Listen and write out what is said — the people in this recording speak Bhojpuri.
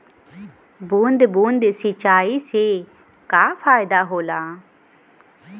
बूंद बूंद सिंचाई से का फायदा होला?